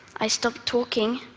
i stopped talking,